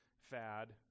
fad